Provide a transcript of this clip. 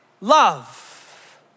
Love